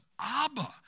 Abba